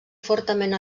fortament